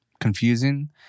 Confusing